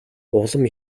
улам